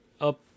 up